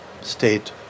state